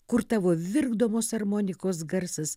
kur tavo virkdomos armonikos garsas